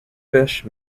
fish